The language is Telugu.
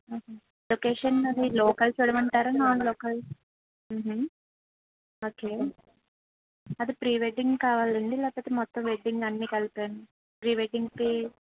లొకేషన్ మరి లోకల్ చూడమంటారా నాన్ లోకల్ ఓకే అది ప్రీ వెడ్డింగ్ కావాలండి లేకపోతే మొత్తం వెడ్డింగ్ అన్నీ కలిపా యండి ప్రీ వెడ్డింగ్కి